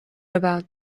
about